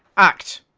act!